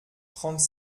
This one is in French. trente